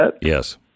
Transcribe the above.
Yes